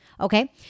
Okay